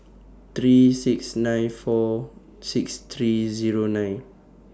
three six nine four six three Zero nine